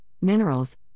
minerals